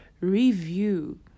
review